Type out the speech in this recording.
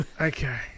Okay